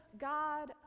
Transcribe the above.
God